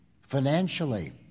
financially